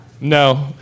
No